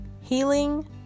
healing